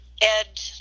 Ed